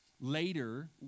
later